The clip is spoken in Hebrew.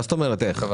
מה זאת אומרת איך?